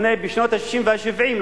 בשנות ה-60 וה-70,